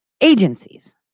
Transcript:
agencies